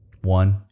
one